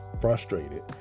frustrated